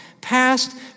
past